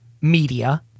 media